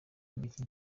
imikino